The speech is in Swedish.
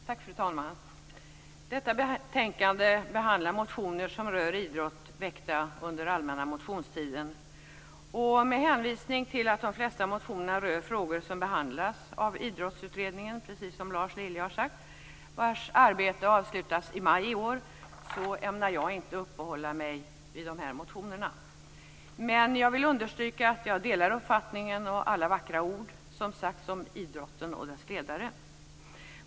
Fru talman! Detta betänkande behandlar motioner som rör idrott väckta under allmänna motionstiden. Med hänvisning till att de flesta motionerna rör frågor som behandlas av idrottsutredningen - precis som Lars Lilja har sagt - vars arbete avslutas i maj i år, ämnar jag inte uppehålla mig vid dessa motioner. Men jag vill understryka att jag delar uppfattningen om idrotten och dess ledare, och jag instämmer i alla vackra ord som sagts.